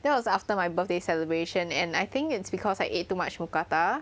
that was after my birthday celebration and I think it's because I ate too much mookata